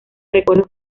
recuerdos